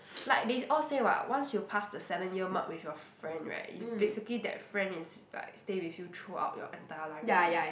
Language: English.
like they all say [what] once you pass the seven year mark with your friend right you basically that friend is like stay with you throughout your entire life already